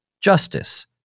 justice